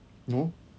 no